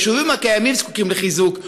היישובים הקיימים זקוקים לחיזוק,